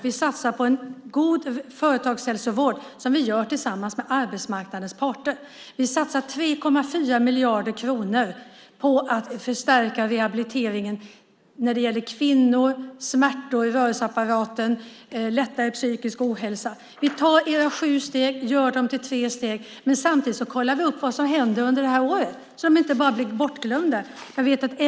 Vi satsar på en god företagshälsovård, och det gör vi tillsammans med arbetsmarknadens parter. Vi satsar 3,4 miljarder kronor på att förstärka rehabiliteringen när det gäller kvinnor, smärtor i rörelseapparaten, lättare psykisk ohälsa. Vi tar era sju steg och gör dem till tre steg. Samtidigt kollar vi upp vad som händer under året så att personerna inte bara blir bortglömda.